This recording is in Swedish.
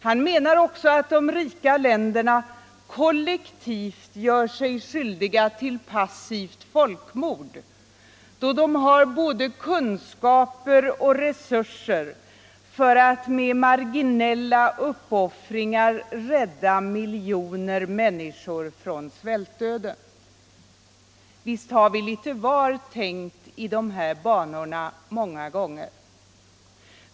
Han menar också att de rika länderna kollektivt gör sig skyldiga till passivt folkmord, då de har både kunskaper och resurser för att med marginella uppoffringar rädda miljoner människor från svältdöden. Visst har vi litet var tänkt i de här banorna många gånger.